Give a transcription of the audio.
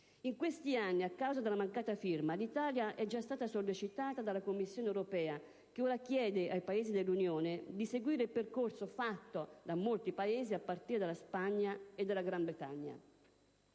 In questi anni, a causa della mancata firma, l'Italia è già stata sollecitata dalla Commissione europea, che ora chiede ai Paesi dell'Unione europea di seguire il percorso fatto da molti Paesi, a partire da Spagna e Gran Bretagna.